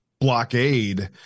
blockade